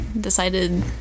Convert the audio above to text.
decided